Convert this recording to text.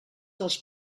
dels